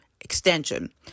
extension